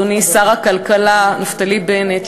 אדוני שר הכלכלה נפתלי בנט,